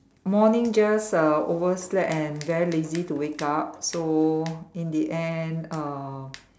morning just uh overslept and very lazy to wake up so in the end uh